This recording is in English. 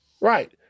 Right